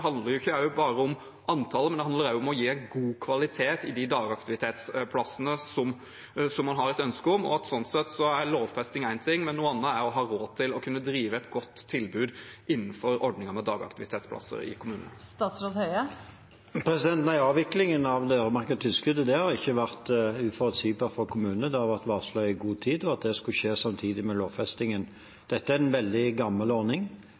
ikke bare om antallet, men det handler også om å gi god kvalitet i de dagaktivitetsplassene som man har et ønske om. Sånn sett er lovfesting én ting, men noe annet er å ha råd til å kunne drive et godt tilbud innenfor ordningen med dagaktivitetsplasser i kommunene. Avviklingen av det øremerkede tilskuddet har ikke vært uforutsigbar for kommunene. Det har vært varslet i god tid at det skulle skje samtidig med lovfestingen. Dette er en veldig gammel ordning.